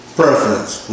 preference